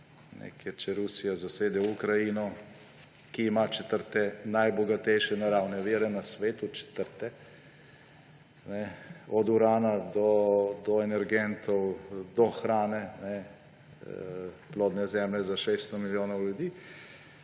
Ker če Rusija zasede Ukrajino, ki ima četrte najbogatejše naravne vire na svetu, četrte, od urana, energentov do hrane, plodne zemlje za 600 milijonov ljudi,